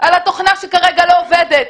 על התוכנה שכרגע לא עובדת.